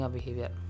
Behavior